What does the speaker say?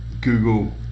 Google